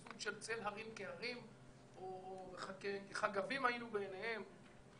סוג של צל הרים כהרים או רק כחגבים היינו בעיניהם.